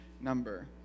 number